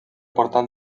portal